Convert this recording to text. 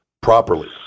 properly